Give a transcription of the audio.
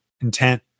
intent